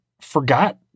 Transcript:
forgot